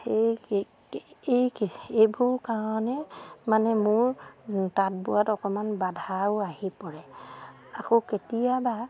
সেই এইবোৰ কাৰণে মানে মোৰ তাঁত বোৱাত অকণমান বাধাও আহি পৰে আকৌ কেতিয়াবা